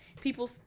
People